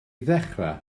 ddechrau